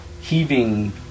heaving